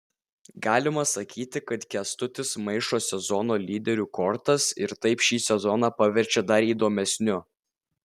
galima sakyti kad kęstutis maišo sezono lyderių kortas ir taip šį sezoną paverčia dar įdomesniu